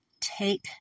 take